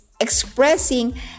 expressing